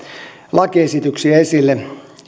lakiesityksiä esille